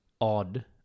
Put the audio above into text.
odd